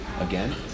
again